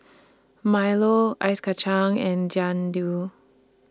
Milo Ice Kachang and Jian Dui